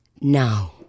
Now